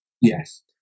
Yes